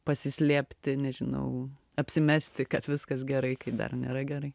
pasislėpti nežinau apsimesti kad viskas gerai kai dar nėra gerai